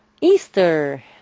Easter